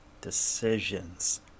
decisions